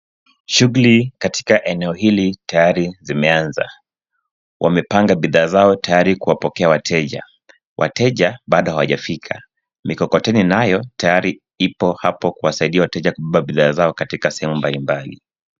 Shuguli katika eneo hili tayari zimeanza. Wamepanga bidhaa zao tayari kuwapokea wateja. Wateja, bado hawajafika. Mikokoteni nayo tayari ipo apo kuwasaidia wateja kubeba bidhaa zao katika sehemu mbalimbali.